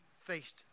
faced